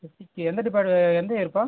physique எந்த department எந்த இயருப்பா